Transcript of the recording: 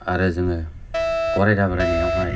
आरो जोङो गराइ दाब्रायनायावहाय